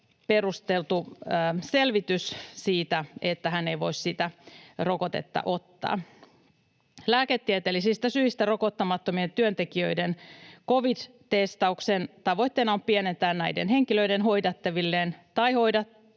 perusteltu selvitys siitä, että hän ei voi sitä rokotetta ottaa. Lääketieteellisistä syistä rokottamattomien työntekijöiden covid-testauksen tavoitteena on pienentää näiden henkilöiden hoidettavilleen tai muulle